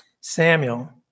Samuel